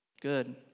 Good